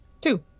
Two